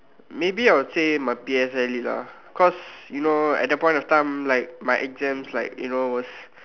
maybe I will say my P_S_L_E lah cause you know at that point of time like my exams like you know was